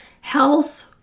health-